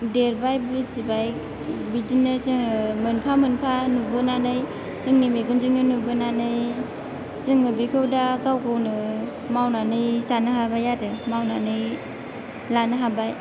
देरबाय बुजिबाय बिदिनो जोङो मोनफा मोनफा नुबोनानै जोंनि मेगनजोंनो नुबोनानै जोङो बेखौ दा गाव गावनो मावनानै जानो हाबाय आरो मावनानै लानो हाबाय